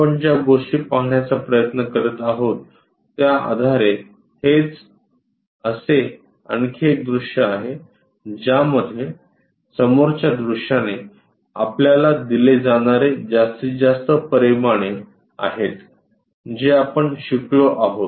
आपण ज्या गोष्टी पाहण्याचा प्रयत्न करीत आहोत त्या आधारे हेच असे आणखी एक दृश्य आहे ज्यामध्ये समोरच्या दृश्याने आपल्याला दिले जाणारे जास्तीत जास्त परिमाणे आहेत जे आपण शिकलो आहोत